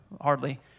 hardly